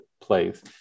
place